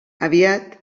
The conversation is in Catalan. aviat